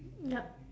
yup